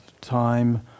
time